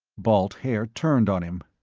balt haer turned on him.